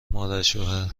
مادرشوهربه